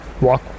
Walk